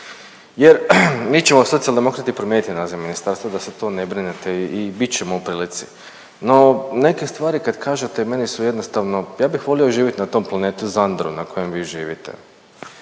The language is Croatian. Jer mi ćemo Socijaldemokrati promijeniti naziv ministarstva da se to ne brinete i bit ćemo u prilici no neke stvari kad kažete meni su jednostavno, ja bih volio živjet na tom planetu Zandro na kojem vi živite.